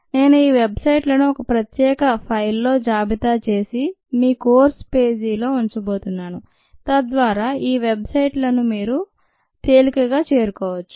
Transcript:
నేను ఈ website లను ఒక ప్రత్యేక ఫైలులో జాబితా చేసి మీ కోర్సు పేజీలో ఉంచబోతున్నాను తద్వారా ఈ వెబ్ సైట్ లను మీరు తేలికగా చేరుకోవచ్చు